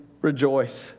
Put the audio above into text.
rejoice